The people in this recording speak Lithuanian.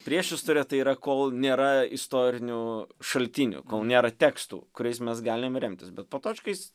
priešistorė tai yra kol nėra istorinių šaltinių kol nėra tekstų kuriais mes galim remtis bet potočka jis